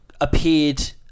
appeared